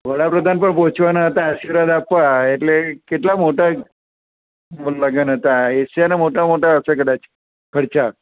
વડાપ્રધાન પણ પહોંચવાના હતા આશીર્વાદ આપવા એટલે કેટલા મોટા પણ લગ્ન હતાં એશિયાનાં મોટામાં મોટા હશે કદાચ ખર્ચા